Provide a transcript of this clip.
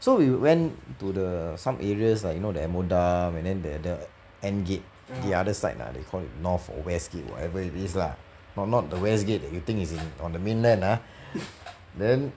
so we went to the some areas like you know the ammo dump and then the the end gate the other side lah we call it north or west gate whatever it is lah not not the west gate that you think is on the main land ah then